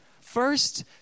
First